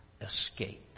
escape